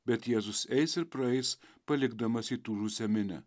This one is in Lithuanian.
bet jėzus eis ir praeis palikdamas įtūžusią minią